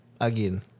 again